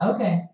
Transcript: Okay